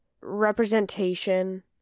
representation